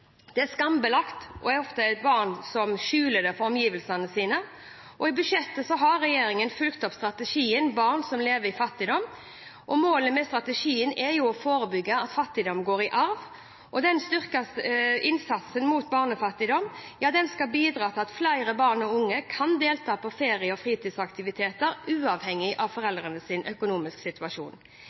Det er skambelagt og et problem barn ofte skjuler for omgivelsene sine. I budsjettet har regjeringen fulgt opp strategien «Barn som lever i fattigdom». Målet med strategien er å forebygge at fattigdom går i arv. Den styrkede innsatsen mot barnefattigdom skal bidra til at flere barn og unge kan delta på ferie og fritidsaktiviteter, uavhengig av foreldrenes økonomiske situasjon.